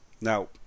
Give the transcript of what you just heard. Now